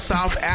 South